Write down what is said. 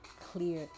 clear